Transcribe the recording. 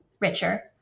richer